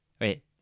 wait